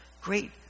great